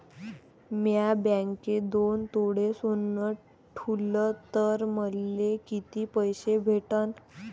म्या बँकेत दोन तोळे सोनं ठुलं तर मले किती पैसे भेटन